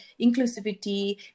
inclusivity